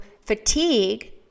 fatigue